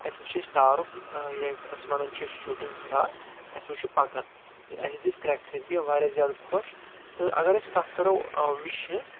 اَتہِ وٕچھ اَسہِ تارُک آسمانَن چھُ شوٗٹنٛگ سِٹار اَسہِ وٕچھ یہِ پَکان تہٕ اَسہِ دِژ کرٛٮ۪کہٕ أسۍ گے واریاہ زیادٕ خۄش تہٕ اَگر أسۍ کَتھ کَرو وِش ہٕنٛز